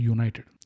United